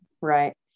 right